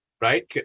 right